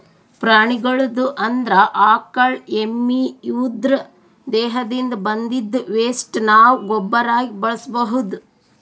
ಪ್ರಾಣಿಗಳ್ದು ಅಂದ್ರ ಆಕಳ್ ಎಮ್ಮಿ ಇವುದ್ರ್ ದೇಹದಿಂದ್ ಬಂದಿದ್ದ್ ವೆಸ್ಟ್ ನಾವ್ ಗೊಬ್ಬರಾಗಿ ಬಳಸ್ಬಹುದ್